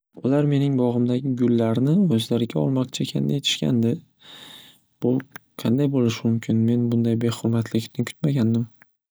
Ular mening bog'imdagi gullarni o'zlariga olmoqchi ekanini aytishgandi bu qanday bo'lishi mumkin men bunday bexurmatlikni kutmagandim.